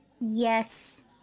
Yes